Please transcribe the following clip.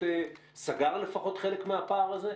סגר לפחות חלק מהפער הזה?